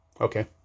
Okay